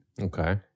Okay